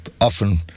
often